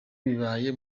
bibaye